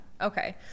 Okay